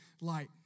light